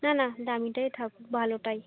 না না দামিটাই থাকুক ভালোটাই